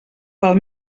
pel